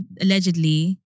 allegedly